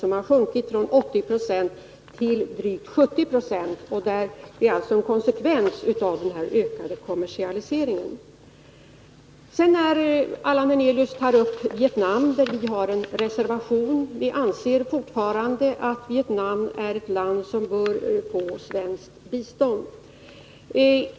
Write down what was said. Detta har sjunkit från 80 26 till drygt 70 90. Det är alltså en konsekvens av den ökade kommersialiseringen. Sedan tar Allan Hernelius upp Vietnam, beträffande vilket land vi har en reservation. Vi anser fortfarande att Vietnam är ett land som bör få ett svenskt bistånd.